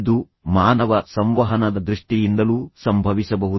ಇದು ಮಾನವ ಸಂವಹನದ ದೃಷ್ಟಿಯಿಂದಲೂ ಸಂಭವಿಸಬಹುದು